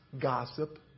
Gossip